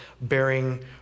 bearing